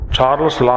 Charles